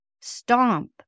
stomp